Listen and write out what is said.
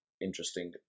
Interesting